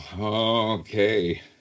okay